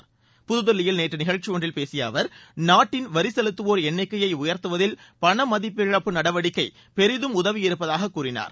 சந்திரா புதுதில்லியில் நேற்று நிகழ்ச்சி ஒன்றில் பேசிய அவர் நாட்டின் வரி செலுத்தவோர் எண்ணிக்கைய உயர்த்துவதில் பண மதிப்பு இழப்பு நடவடிக்கையை பெரிதம் உதவியிருப்பதாக கூறினார்